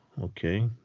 Okay